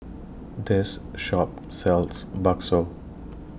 This Shop sells Bakso